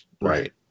right